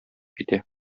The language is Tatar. китә